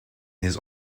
his